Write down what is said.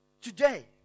Today